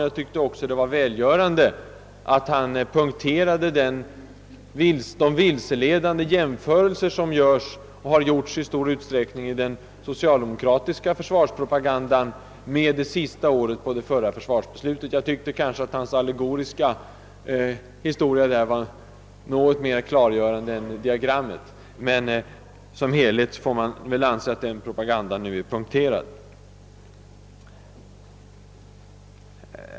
Jag tyckte också det var välgörande att herr Bohman punkterade de vilseledande jämförelser som i den socialdemokratiska försvarspropagandan gjorts med det sista året enligt det förra försvarsbeslutet. Hans allegoriska framställning var kanske något mera klargörande än diagrammet, men som helhet får man väl anse att den propagandan nu är avslöjad.